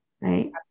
Right